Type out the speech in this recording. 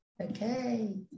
Okay